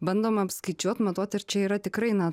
bandoma apskaičiuot matuot ir čia yra tikrai na